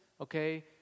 okay